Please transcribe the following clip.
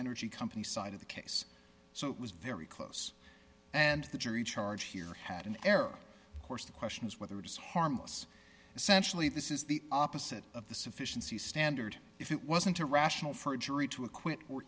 energy company side of the case so it was very close and the jury charge here had an error course the question is whether it was harmless essentially this is the opposite of the sufficiency standard if it wasn't a rational for a jury to acquit or